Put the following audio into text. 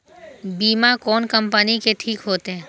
बीमा कोन कम्पनी के ठीक होते?